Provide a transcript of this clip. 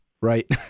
right